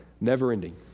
never-ending